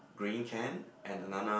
green can and another